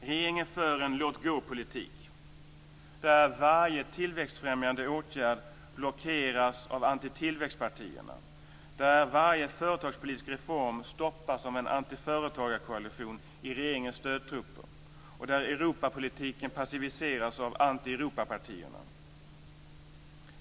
Regeringen för en låt-gå-politik där varje tillväxtfrämjande åtgärd blockeras av antitillväxtpartierna, där varje företagspolitisk reform stoppas av en antiföretagarkoalition i regeringspartiets stödtrupper och där Europapolitiken passiviseras av anti-Europapartierna.